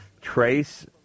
Trace